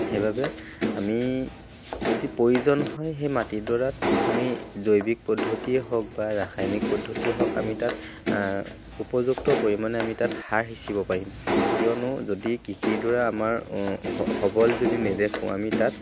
সেইবাবে আমি যদি প্ৰয়োজন হয় সেই মাটিডৰাত আমি জৈৱিক পদ্ধতিয়ে হওক বা ৰাসায়নিক পদ্ধতিয়ে হওক আমি তাত উপযুক্ত পৰিমাণে আমি তাত সাৰ সিঁচিব পাৰিম কিয়নো যদি কৃষিডৰা আমাৰ সবল যদি নেদেখোঁ আমি তাত